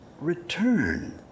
return